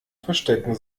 verstecken